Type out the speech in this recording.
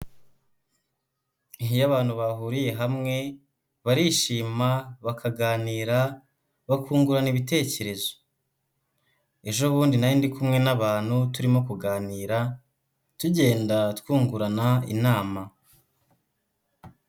Iyo abantu bahuriye hamwe, barishima bakaganira, bakungurana ibitekerezo, ejo bundi nari ndi kumwe n'abantu turimo kuganira tugenda twungurana inama.